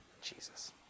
Jesus